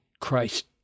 Christ